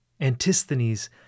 Antisthenes